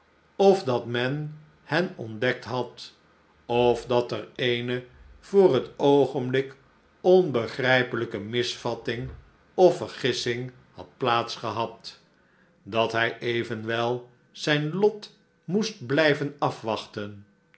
of dat men hen ontdekt had of dat er eene voor het oogenblik onbegrijpelijke misvatting of vergissing had plaats gehad dat hij evenwel zijn lot moest blijven afwachten